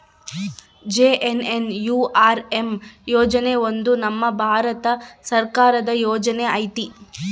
JNNURM ಯೋಜನೆ ಒಂದು ನಮ್ ಭಾರತ ಸರ್ಕಾರದ ಯೋಜನೆ ಐತಿ